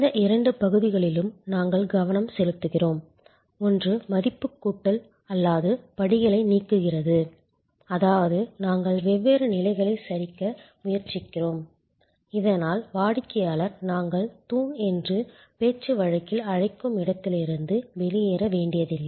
இந்த இரண்டு பகுதிகளிலும் நாங்கள் கவனம் செலுத்துகிறோம் ஒன்று மதிப்பு கூட்டல் அல்லாத படிகளை நீக்குகிறது அதாவது நாங்கள் வெவ்வேறு நிலைகளைச் சரிக்க முயற்சிக்கிறோம் இதனால் வாடிக்கையாளர் நாங்கள் தூண் என்று பேச்சுவழக்கில் அழைக்கும் இடத்திலிருந்து வெளியேற வேண்டியதில்லை